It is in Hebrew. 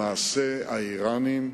האירנים,